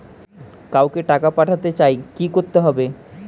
কাউকে টাকা পাঠাতে চাই কি করতে হবে?